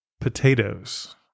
Potatoes